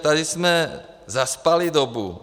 Tady jsme zaspali dobu.